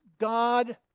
God